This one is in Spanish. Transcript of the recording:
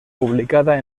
publicada